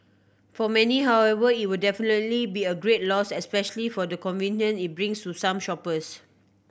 for many however it'll definitely be a great loss especially for the convenience it brings to some shoppers